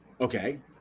Okay